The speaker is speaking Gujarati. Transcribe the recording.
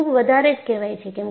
તે ખૂબ વધારે જ કહેવાય છે